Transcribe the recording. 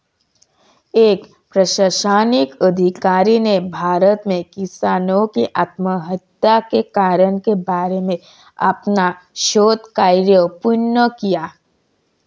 एक प्रशासनिक अधिकारी ने भारत में किसानों की आत्महत्या के कारण के बारे में अपना शोध कार्य पूर्ण किया